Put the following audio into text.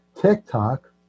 TikTok